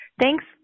Thanks